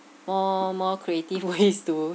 more more creative ways to